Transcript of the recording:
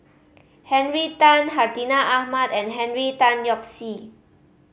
Henry Tan Hartinah Ahmad and Henry Tan Yoke See